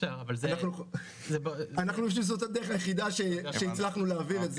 אנחנו חושבים שזאת הדרך היחידה שהצלחנו להעביר את זה,